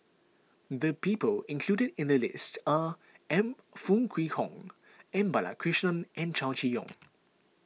the people included in the list are M Foo Kwee Horng M Balakrishnan and Chow Chee Yong